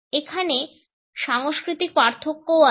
এখানে সাংস্কৃতিক পার্থক্যও আছে